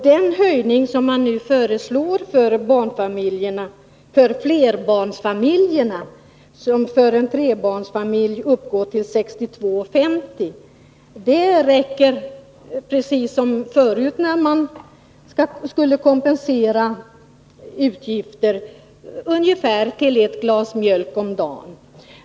Den höjning som nu föreslås för flerbarnsfamiljerna och som för en trebarnsfamilj uppgår till 62:50 kr. i månaden räcker, precis som tidigare när man skulle kompensera utgifter, till ungefär ett glas mjölk om dagen.